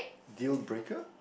due breaker